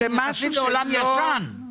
אנחנו נכנסים לעולם ישן.